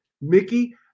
Mickey